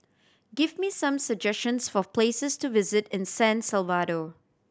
give me some suggestions for places to visit in San Salvador